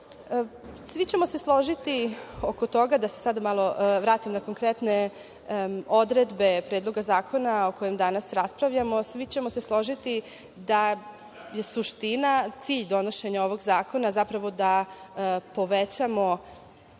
ćemo se složiti oko toga, da se sada vratimo malo na konkretne odredbe Predloga zakona o kojem danas raspravljamo, svi ćemo se složiti da je suština, cilj donošenja ovog zakona zapravo da povećamo